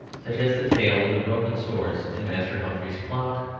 such as the tale of the broken swords in master humphrey's clock,